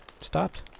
stopped